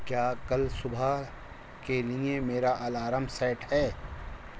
کیا کل صبح کے لیے میرا الارم سیٹ ہے